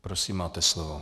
Prosím, máte slovo.